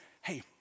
hey